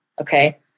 Okay